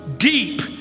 Deep